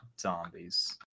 zombies